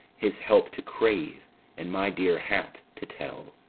his help to crave and my dear hap to tell.